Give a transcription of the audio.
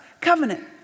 covenant